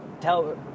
tell